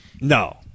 No